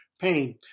pain